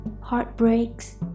heartbreaks